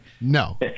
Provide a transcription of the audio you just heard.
No